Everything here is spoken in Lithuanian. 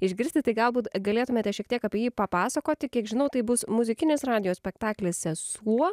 išgirsti tai galbūt galėtumėte šiek tiek apie jį papasakoti kiek žinau tai bus muzikinis radijo spektaklis sesuo